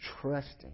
trusting